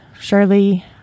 shirley